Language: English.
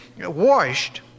washed